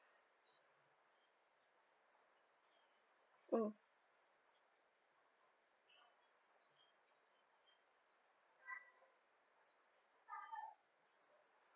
mm